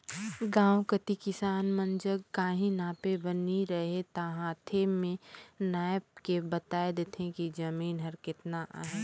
गाँव कती किसान मन जग काहीं नापे बर नी रहें ता हांथे में नाएप के बताए देथे कि जमीन हर केतना अहे